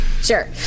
Sure